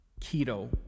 keto